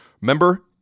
Remember